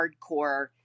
hardcore